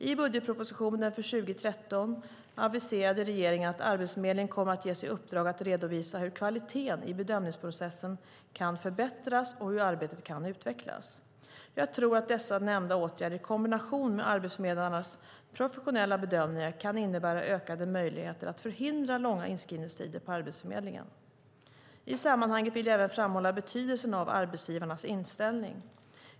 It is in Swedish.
I budgetpropositionen för 2013 aviserade regeringen att Arbetsförmedlingen kommer att ges i uppdrag att redovisa hur kvaliteten i bedömningsprocessen kan förbättras och hur arbetet kan utvecklas. Jag tror att dessa nämnda åtgärder i kombination med arbetsförmedlarnas professionella bedömningar kan innebära ökade möjligheter att förhindra långa inskrivningstider på Arbetsförmedlingen. I sammanhanget vill jag även framhålla betydelsen av arbetsgivarnas inställning.